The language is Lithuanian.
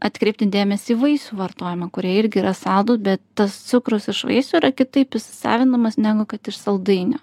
atkreipti dėmesį į vaistų vartojimą kurie irgi yra saldūs bet tas cukrus iš vaisių yra kitaip įsisavinamas negu kad iš saldainių